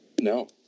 No